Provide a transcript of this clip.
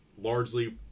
largely